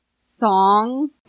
song